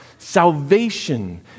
Salvation